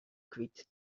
kwyt